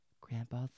grandpa's